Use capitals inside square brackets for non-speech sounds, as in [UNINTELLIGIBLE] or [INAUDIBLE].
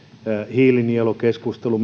hiilinielukeskustelu [UNINTELLIGIBLE]